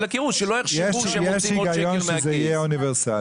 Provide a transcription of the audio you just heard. שלא יחשבו כשהם מוציאים עוד שקל מהכיס.